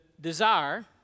desire